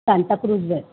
Santacruz waste